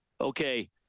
okay